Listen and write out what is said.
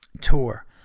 tour